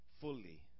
fully